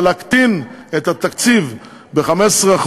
אבל להקטין את התקציב ב-15%,